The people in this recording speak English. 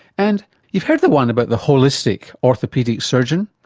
and you've heard the one about the holistic orthopaedic surgeon?